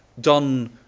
done